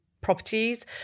properties